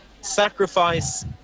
sacrifice